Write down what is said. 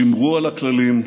שמרו על הכללים.